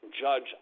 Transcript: judge